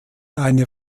eine